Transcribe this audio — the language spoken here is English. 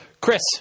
Chris